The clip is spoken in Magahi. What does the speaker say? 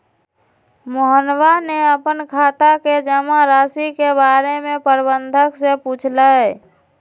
मोहनवा ने अपन खाता के जमा राशि के बारें में प्रबंधक से पूछलय